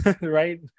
Right